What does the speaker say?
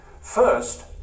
First